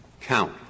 count